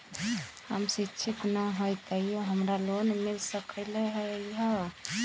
हम शिक्षित न हाति तयो हमरा लोन मिल सकलई ह?